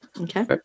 Okay